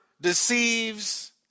deceives